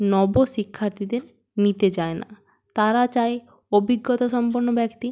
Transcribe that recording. নব শিক্ষার্থীদের নিতে চায় না তারা চায় অভিজ্ঞতা সম্পন্ন ব্যক্তি